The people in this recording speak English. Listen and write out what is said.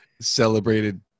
celebrated